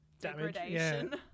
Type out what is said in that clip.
degradation